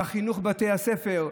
בחינוך בבתי הספר.